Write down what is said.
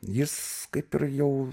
jis kaip ir jau